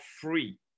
free